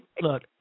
look